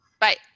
Bye